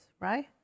right